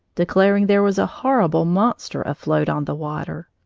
declaring there was a horrible monster afloat on the water.